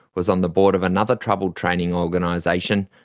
was on the board of another troubled training organisation,